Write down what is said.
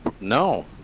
No